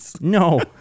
no